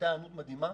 הייתה היענות מדהימה,